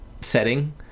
setting